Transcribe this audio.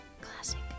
Classic